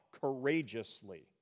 courageously